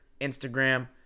Instagram